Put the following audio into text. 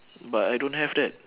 but I don't have that